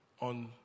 on